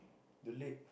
the leg